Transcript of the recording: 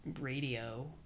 radio